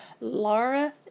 Laura